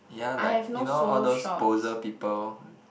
ya like you know all those poser people